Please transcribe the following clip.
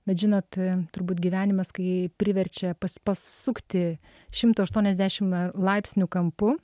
bet žinot turbūt gyvenimas kai priverčia pasukti šimtu aštuoniasdešim laipsnių kampu